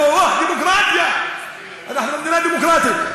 אוה, דמוקרטיה, אנחנו מדינה דמוקרטית.